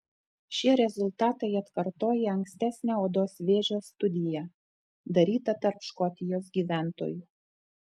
šie rezultatai atkartoja ankstesnę odos vėžio studiją darytą tarp škotijos gyventojų